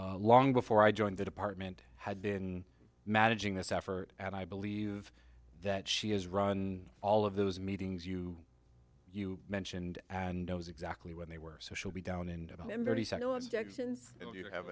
seen long before i joined the department had been managing this effort and i believe that she has run all of those meetings you you mentioned and knows exactly when they were so she'll be down in